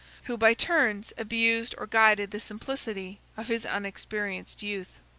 who by turns abused or guided the simplicity of his unexperienced youth.